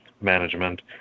management